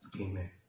amen